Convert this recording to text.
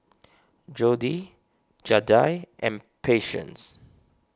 Jodi Zaida and Patience